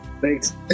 Thanks